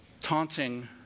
taunting